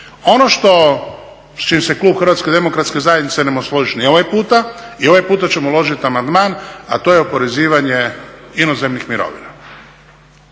Ono s čim se klub HDZ-a ne može složit ni ovaj puta, i ovaj puta ćemo uložit amandman, a to je oporezivanje inozemnih mirovina.